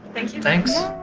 thank you. thanks.